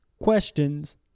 questions